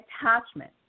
attachment